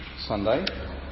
Sunday